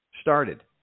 started